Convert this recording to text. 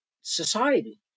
society